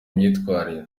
myitwarire